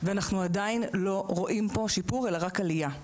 ואנחנו עדיין לא רואים פה שיפור אלא רק עלייה,